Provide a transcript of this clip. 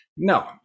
no